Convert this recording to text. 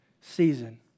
season